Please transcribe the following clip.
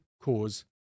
cause